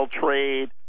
trade